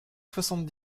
soixante